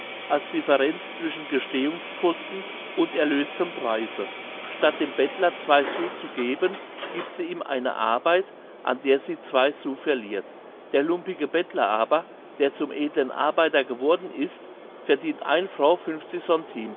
als differenz zwischen gestehungskosten und erlöstem preise statt dem bettler zwei sous zu geben gibt sie ihm eine arbeit an der sie zwei sous verliert der lumpige bettler aber der zum edlen arbeiter geworden ist verdient ein frau